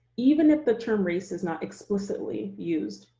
even if the term race is not explicitly used,